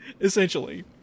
Essentially